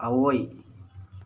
ꯑꯑꯣꯏ